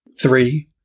three